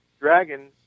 dragon